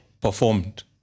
performed